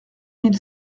mille